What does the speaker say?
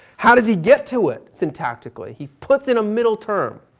how does he get to it syntactically? he puts in a middle term,